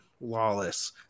Lawless